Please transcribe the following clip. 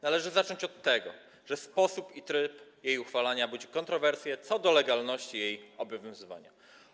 Należy zacząć od tego, że sposób i tryb jej uchwalania budzi kontrowersje, jeśli chodzi o legalność jej obowiązywania.